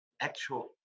actual